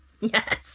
Yes